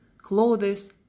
clothes